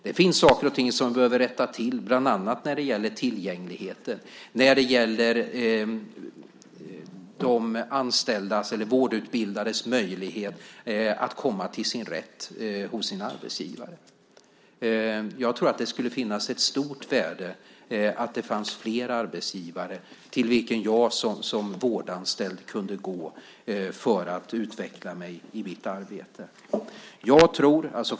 Det finns saker och ting som vi behöver rätta till, bland annat när det gäller tillgängligheten och de anställdas eller vårdutbildades möjlighet att komma till sin rätt hos sin arbetsgivare. Jag tror att det skulle finnas ett stort värde i att det fanns flera arbetsgivare till vilka jag som vårdanställd kunde gå för att utveckla mig i mitt arbete.